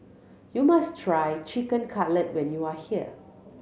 you must try Chicken Cutlet when you are here